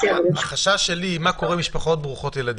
החשש שלי הוא לגבי משפחות ברוכות ילדים.